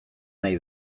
nahi